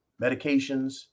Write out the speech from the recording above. medications